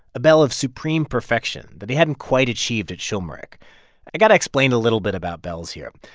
a bell of supreme perfection that he hadn't quite achieved at schulmerich i've got to explain a little bit about bells here.